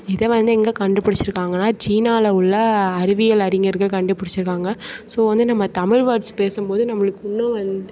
இதை வந்து எங்கே கண்டு பிடிச்சிருக்காங்கனா சீனாவில் உள்ள அறிவியல் அறிஞர்கள் கண்டு பிடிச்சிருக்காங்க ஸோ வந்து நம்ம வந்து தமிழ் வேட்ஸ் பேசும்போது நம்மளுக்கு உள்ளே வந்து